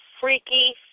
freaky